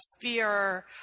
fear